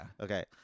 Okay